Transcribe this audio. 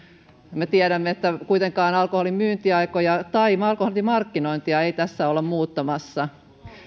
me tiedämme että kuitenkaan alkoholin myyntiaikoja tai alkoholin markkinointia ei tässä olla muuttamassa